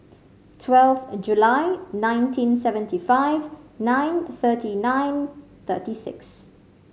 twelve a July nineteen seventy five nine thirty nine thirty six